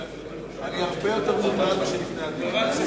אני הרבה יותר מוטרד מאשר לפני הדיון.